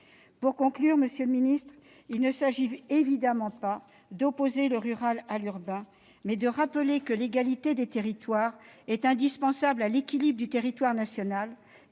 Pour conclure, monsieur le ministre, nous ne cherchons pas à opposer le rural et l'urbain, mais nous rappelons que l'égalité des territoires est indispensable à l'équilibre du territoire national